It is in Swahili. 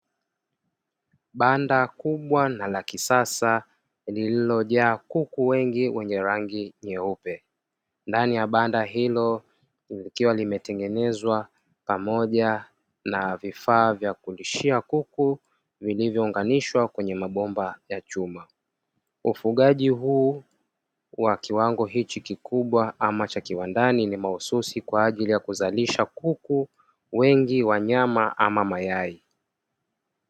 Banda kubwa na la kisasa lililojaa kuku wengi wenye rangi nyeupe ndani ya banda hilo likiwa limetengenezwa pamoja na vifaa vya kulishia kuku vilivyounganishwa kwenye mabomba ya chuma. Ufugaji huu wa kiwango hichi kikubwa ama cha kiwandani ni mahususi kwa ajili ya kuzalisha kuku wengi wa nyama ama mayai.